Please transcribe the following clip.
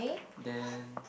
then